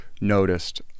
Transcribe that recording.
noticed